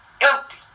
empty